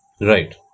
Right